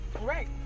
Right